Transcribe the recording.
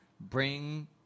bring